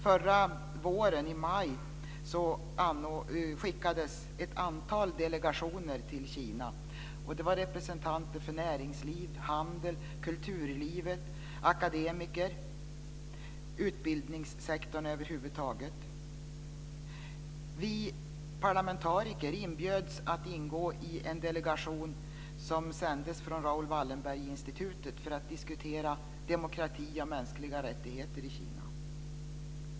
Förra våren - i maj - skickades ett antal delegationer till Kina. Det var representanter för näringsliv, handel, kulturlivet och för akademikerna och utbildningssektorn över huvud taget. Vi parlamentariker inbjöds att ingå i en delegation som sändes från Raoul Wallenberg-institutet för att diskutera demokrati och mänskliga rättigheter i Kina.